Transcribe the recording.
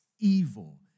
evil